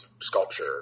sculpture